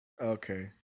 Okay